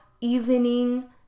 evening